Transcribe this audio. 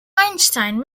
einstein